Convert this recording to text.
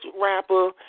rapper